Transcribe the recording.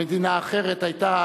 המדינה האחרת היתה